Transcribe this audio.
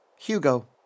Hugo